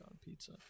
pizza